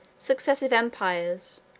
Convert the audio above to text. successive empires,